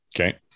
Okay